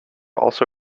also